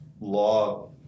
law